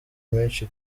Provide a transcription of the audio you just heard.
menshi